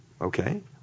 Okay